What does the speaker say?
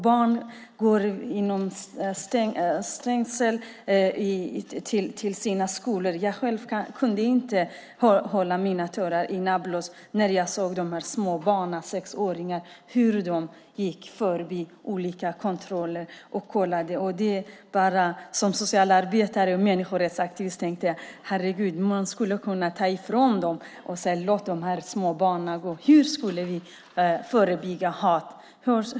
Barn går till sina skolor mellan stängsel. Själv kunde jag inte hålla tillbaka tårarna i Nablus när jag såg hur de små barnen, sexåringar, gick förbi olika kontroller och blev kollade. Som socialarbetare och människorättsaktivist tänkte jag: Herregud, man skulle gripa in och säga åt dem att låta dessa små barn gå.